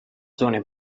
zone